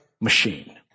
machine